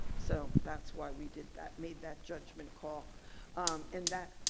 so that's why we did that made that judgment call and that.